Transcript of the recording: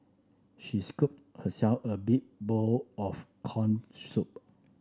she scooped herself a big bowl of corn soup